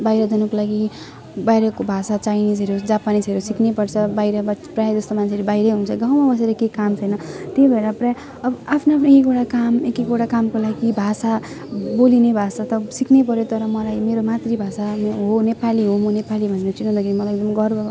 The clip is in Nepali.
बाहिर जानको लागि बाहिरको भाषा चाइनिजहरू जापानिजहरू सिक्नैपर्छ बाहिर त प्रायःजस्तो मान्छेले बाहिरै हुन्छ गाउँमा बसेर केही काम छैन त्यही भएर प्रायः अब आफ्नो आफ्नो एक एकवटा काम एक एकवटा कामको लागि भाषा बोलिने भाषा त सिक्नैपर्यो तर मलाई मेरो मातृभाषा हो नेपाली हो म नेपाली भनेर चिनाउँदाखेरि मलाई एकदम गर्व